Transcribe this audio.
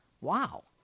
Wow